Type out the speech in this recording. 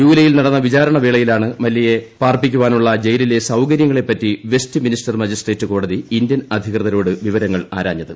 ജൂലൈയിൽ നടന്ന വിച്ചാരണ് വേളയിലാണ് മല്യയെ പാർപ്പിക്കാനുള്ള ജയിലില്ലെ സൌകര്യങ്ങളെപ്പറ്റി വെസ്റ്റ് മിനിസ്റ്റർ മജിസ്ട്രേറ്റ് കോടതി ഇന്ത്യൻ അധികൃതരോട് വിവരങ്ങൾ ആരാഞ്ഞത്